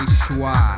Schwa